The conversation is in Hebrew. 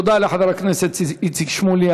תודה לחבר הכנסת איציק שמולי.